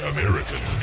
American